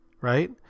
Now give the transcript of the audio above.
right